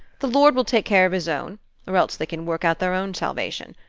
the lord will take care of his own or else they can work out their own salvation.